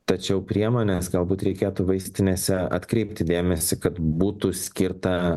tačiau priemones galbūt reikėtų vaistinėse atkreipti dėmesį kad būtų skirta